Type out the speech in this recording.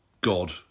god